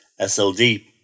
SLD